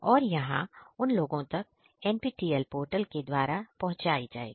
और यहां उन लोगों तक NPTEL पोर्टल के द्वारा पहुंचाई जाएगी